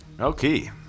Okay